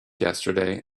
yesterday